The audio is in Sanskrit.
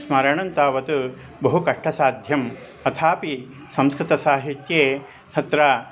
स्मरणं तावत् बहु कष्टसाध्यम् अथापि संस्कृतसाहित्ये तत्र